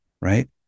right